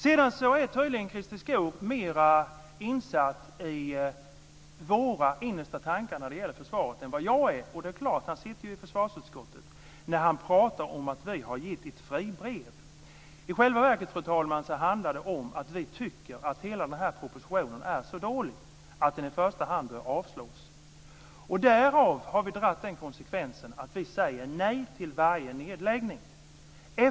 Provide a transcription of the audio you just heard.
Sedan är tydligen Christer Skoog mer insatt i våra innersta tankar när det gäller försvaret än vad jag är - och det är klart, han sitter ju i försvarsutskottet - när han pratar om att vi har gett ett fribrev. I själva verket, fru talman, handlar det om att vi tycker att hela den här propositionen är så dålig att den i första hand bör avslås. Därav har vi dragit den konsekvensen att vi säger nej till varje nedläggning.